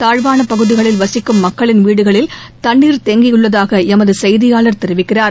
தாழ்வான பகுதிகளில் வசிக்கும் மக்களின் வீடுகளில் தண்ணீர் தேங்கியுள்ளதாக எமது செய்தியாளர் தெரிவிக்கிறார்